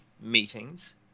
meetings